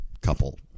couple